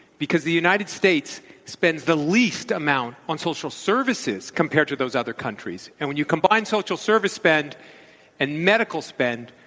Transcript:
because the united states spends the least amount on social services compared to those other countries. and when you combine social service spend and medical spend,